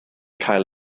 cael